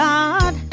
God